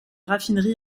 raffinerie